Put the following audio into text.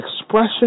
expression